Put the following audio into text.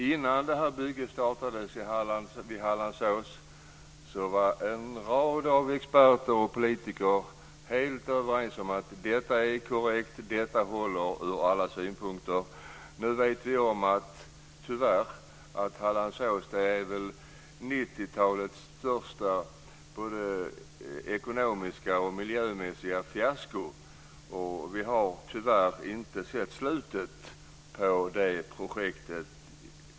Innan detta bygge vid Hallandsås startades var en rad experter och politiker helt överens om att detta var korrekt och att det skulle hålla från alla synpunkter. Tyvärr vet vi nu att Hallandsås förmodligen är 90 talets största ekonomiska och miljömässiga fiasko. Och vi har tyvärr ännu inte sett slutet på det projektet.